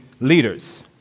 leaders